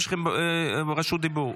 יש לכם רשות דיבור.